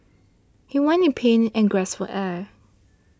he writhed in pain and gasped for air